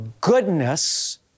goodness